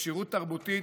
לכשירות תרבותית,